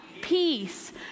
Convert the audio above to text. peace